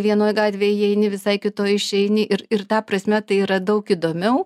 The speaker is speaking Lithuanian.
vienoj gatvėj įeini visai kitoj išeini ir ir ta prasme tai yra daug įdomiau